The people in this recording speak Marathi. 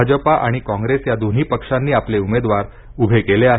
भाजपा आणि कॉंग्रेस या दोन्ही पक्षांनी आपले उमेदवार उभे केले आहेत